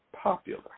popular